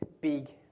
big